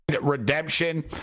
redemption